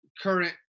current